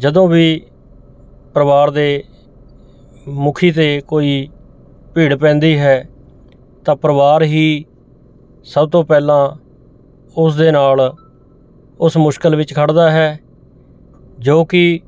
ਜਦੋਂ ਵੀ ਪਰਿਵਾਰ ਦੇ ਮੁਖੀ 'ਤੇ ਕੋਈ ਭੀੜ ਪੈਂਦੀ ਹੈ ਤਾਂ ਪਰਿਵਾਰ ਹੀ ਸਭ ਤੋਂ ਪਹਿਲਾਂ ਉਸ ਦੇ ਨਾਲ ਉਸ ਮੁਸ਼ਕਿਲ ਵਿੱਚ ਖੜਦਾ ਹੈ ਜੋ ਕਿ